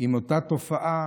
עם אותה תופעה,